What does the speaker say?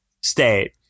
state